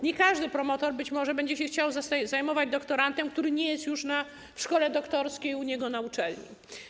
Nie każdy promotor być może będzie chciał zajmować się doktorantem, który nie jest już w szkole doktorskiej u niego na uczelni.